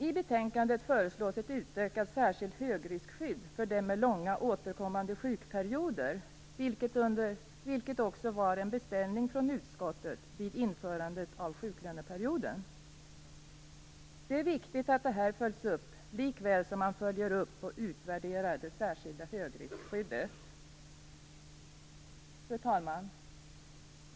I betänkandet föreslås ett utökat särskilt högriskskydd för dem med långa återkommande sjukperioder, vilket också var en beställning från utskottet vid införandet av sjuklöneperioden. Det är viktigt att det här följs upp likväl som man följer upp och utvärderar det särskilda högriskskyddet. Fru talman!